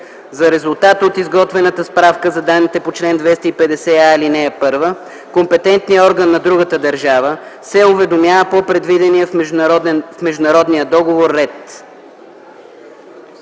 За резултата от изготвената справка за данните по чл. 250а, ал. 1 компетентният орган на другата държава се уведомява по предвидения в международния договор ред.”